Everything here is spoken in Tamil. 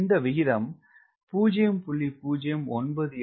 இந்த விகிதம் 0